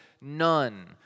none